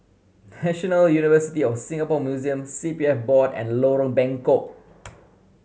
National University of Singapore Museums C P F Board and Lorong Bengkok